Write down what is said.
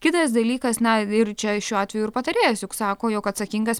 kitas dalykas na ir čia šiuo atveju ir patarėjas juk sako jog atsakingas